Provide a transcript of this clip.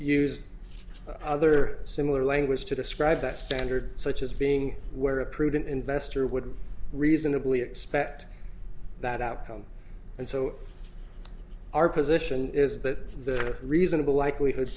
used other similar language to describe that standard such as being where a prudent investor would reasonably expect that outcome and so our position is that the reasonable likelihood